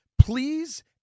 Please